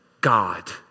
God